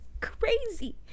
crazy